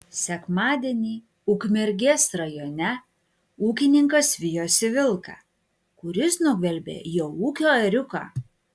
sekmadienį ukmergės rajone ūkininkas vijosi vilką kuris nugvelbė jo ūkio ėriuką